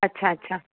अच्छा अच्छा